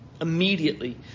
immediately